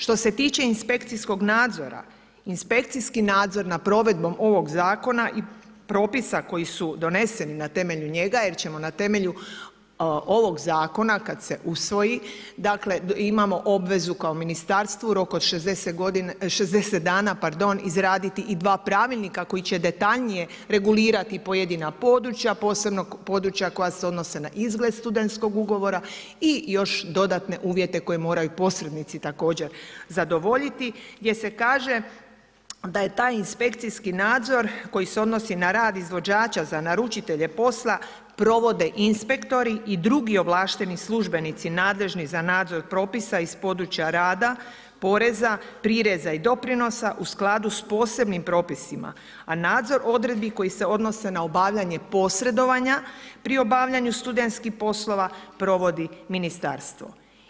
Što se tiče inspekcijskog nadzora, inspekcijski nadzor nad provedbom ovog zakona i propisa koji su doneseni na temelju njega, jer ćemo na temelju ovog zakona kad se usvoji, dakle imamo obvezu kao ministarstvo u roku od 60 dana izraditi i dva pravilnika koji će detaljnije regulirati pojedina područja, posebno područja koja se odnose na izgled studentskog ugovora i još dodatne uvjete koje moraju posrednici također zadovoljiti gdje se kaže da je taj inspekcijski nadzor koji se odnosi na rad izvođača za naručitelje posla, provede inspektori i drugi ovlašteni službenici nadležni za nadzor propisa iz područja rada, poreza, prireza i doprinosa u skladu s posebnim propisima, a nadzor odredbi koji se odnose na obavljanje posredovanja pri obavljanju studentskih poslova provodi ministarstvo.